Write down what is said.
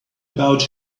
about